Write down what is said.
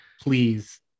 Please